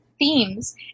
themes